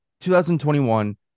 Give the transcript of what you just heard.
2021